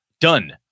Done